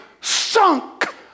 sunk